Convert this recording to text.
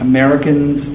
Americans